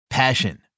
Passion